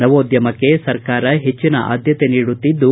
ನವೋದ್ಯಮಕ್ಕೆ ಸರ್ಕಾರ ಹೆಚ್ಚಿನ ಆದ್ಯತೆ ನೀಡುತ್ತಿದ್ದು